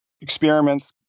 experiments